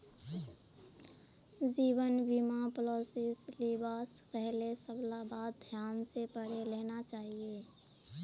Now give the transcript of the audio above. जीवन बीमार पॉलिसीस लिबा स पहले सबला बात ध्यान स पढ़े लेना चाहिए